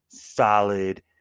Solid